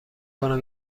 کنم